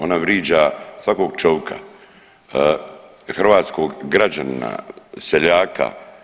Ona vriđa svakog čovika, hrvatskog građanina, seljaka.